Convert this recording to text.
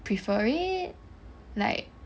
prefer it like